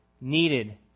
needed